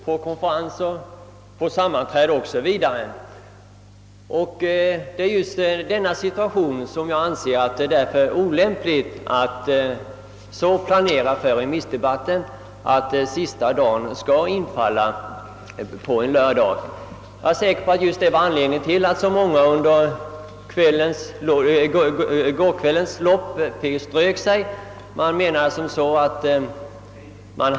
Många gånger deltar han då i konferenser och sammanträden på sin hemort. Och därför anser jag det vara olämpligt att planera remissdebatten så, att överläggningarnas sista dag infaller på en lördag. Jag är säker på att det var anledningen till att så många ledamöter i går kväll strök sitt namn från talarlistan.